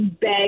beg